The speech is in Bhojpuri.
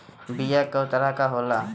बीया कव तरह क होला?